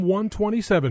127